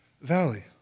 valley